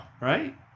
right